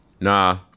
Nah